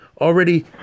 Already